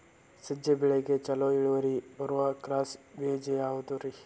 ಸಜ್ಜೆ ಬೆಳೆಗೆ ಛಲೋ ಇಳುವರಿ ಬರುವ ಕ್ರಾಸ್ ಬೇಜ ಯಾವುದ್ರಿ?